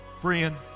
Friend